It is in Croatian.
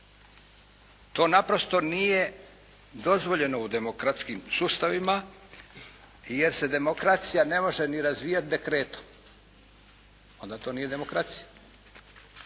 To naprosto nije dozvoljeno u demokratskim sustavima jer se demokracija ne može ni razvijati dekretom. Onda to nije demokracija.